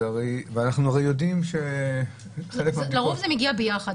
ואנחנו הרי יודעים שחלק מהבדיקות --- לרוב זה מגיע ביחד.